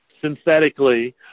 synthetically